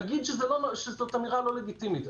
אגיד שזו אמירה לא לגיטימית.